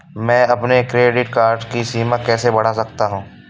मैं अपने credit card की सीमा कैसे बढ़ा सकता हूँ?